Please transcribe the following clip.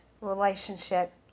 relationship